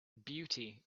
beauty